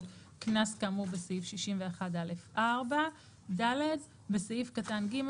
"קנס כאמור בסעיף 61(א)(4)"; (ד)בסעיף קטן (ג),